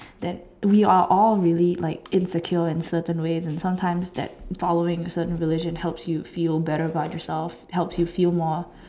that we are all really like insecure in certain ways and sometimes that following certain religion help you feel better about yourself help you feel more